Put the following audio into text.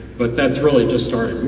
but that's really just started.